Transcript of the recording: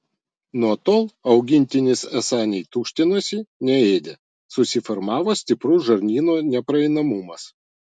nuo tol augintinis esą nei tuštinosi nei ėdė susiformavo stiprus žarnyno nepraeinamumas